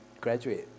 graduate